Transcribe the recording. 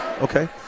okay